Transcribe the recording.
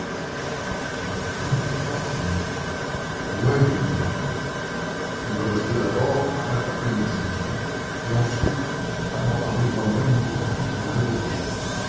mais tout n'était pas fini loin de là il me restait d'abord à rattraper l'individu et ensuite à m'emparer moi-même des papiers qu'il m'avait dérobés